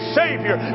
savior